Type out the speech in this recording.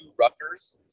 Rutgers